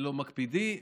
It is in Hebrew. שלא מקפידים,